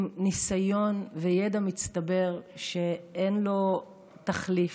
עם ניסיון וידע מצטבר שאין לו תחליף,